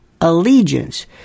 allegiance